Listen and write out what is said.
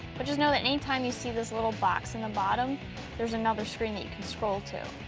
but just know that any time you see this little box in the bottom there's another screen that you can scroll to.